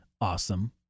Awesome